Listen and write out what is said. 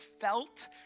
felt